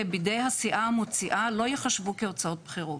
בידי הסיעה המוציאה לא ייחשבו להוצאות בחירות.